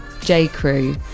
J.Crew